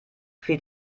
fehlt